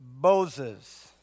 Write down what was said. Boses